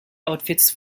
outfits